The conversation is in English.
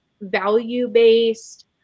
value-based